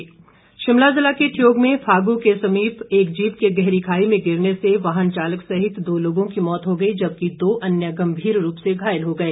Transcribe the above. दुर्घटना शिमला ज़िला के ठियोग में फागू के समीप एक जीप के गहरी खाई में गिरने से वाहन चालक सहित दो लोगों की मौत हो गई जबकि दो अन्य गंभीर रूप से घायल हो गए